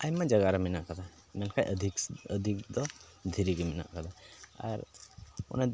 ᱟᱭᱢᱟ ᱡᱟᱭᱜᱟ ᱨᱮ ᱢᱮᱱᱟᱜ ᱠᱟᱫᱟ ᱢᱮᱱᱠᱷᱟᱡ ᱟᱹᱫᱷᱤᱠᱥ ᱟᱹᱫᱷᱤᱠ ᱫᱚ ᱫᱷᱤᱨᱤ ᱜᱮ ᱢᱮᱱᱟᱜ ᱠᱟᱫᱟ ᱟᱨ ᱚᱱᱟ